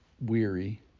weary